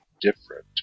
different